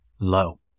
low